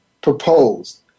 proposed